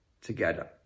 together